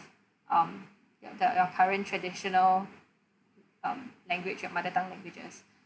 um the your current traditional um language your mother tongue languages